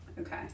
Okay